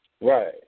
Right